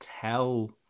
tell